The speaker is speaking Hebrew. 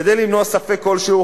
כדי למנוע ספק כלשהו,